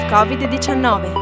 Covid-19